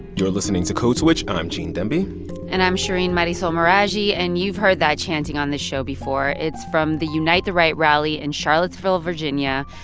you're listening to code switch. i'm gene demby and i'm shereen marisol meraji and you've heard that chanting on this show before. it's from the unite the right rally in charlottesville, va, yeah